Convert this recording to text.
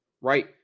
right